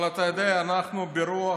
אבל אתה יודע, אנחנו ברוח,